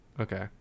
Okay